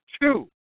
two